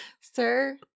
Sir